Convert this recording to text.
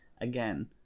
Again